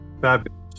fabulous